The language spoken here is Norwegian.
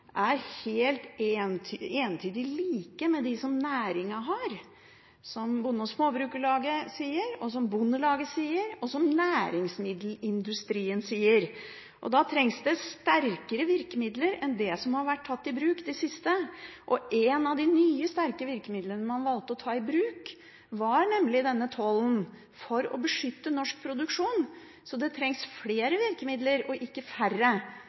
er entydig like med dem som næringen har – de er de samme som Bonde- og Småbrukarlaget sier, som Bondelaget sier, og som næringsmiddelindustrien sier. Da trengs det sterkere virkemidler enn dem som har vært tatt i bruk i det siste, og én av de nye, sterke virkemidlene man valgte å ta i bruk, var nettopp denne tollen for å beskytte norsk produksjon. Så det trengs flere virkemidler og ikke færre.